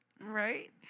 Right